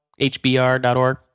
hbr.org